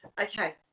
Okay